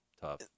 tough